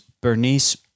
Bernice